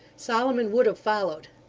solomon would have followed,